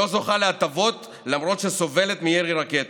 לא זוכה להטבות למרות שסובלת מירי רקטות.